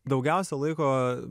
daugiausiai laiko